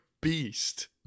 beast